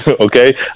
okay